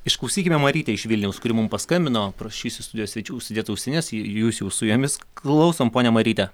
išklausykime marytę iš vilniaus kuri mum paskambino prašysiu studijos svečių užsidėt ausines jūs jau su jomis klausom ponia maryte